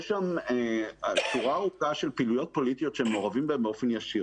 יש שם שורה ארוכה של פעילויות פוליטיות שהם מעורבים בהן באופן ישיר.